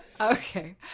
Okay